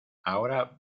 ahora